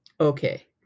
Okay